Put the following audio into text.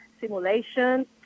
simulation